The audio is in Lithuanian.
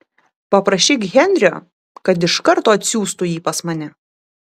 paprašyk henrio kad iš karto atsiųstų jį pas mane